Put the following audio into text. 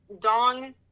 Dong